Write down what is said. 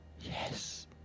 Yes